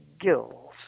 gills